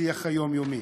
בשיח היומיומי.